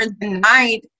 denied